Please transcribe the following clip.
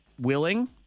willing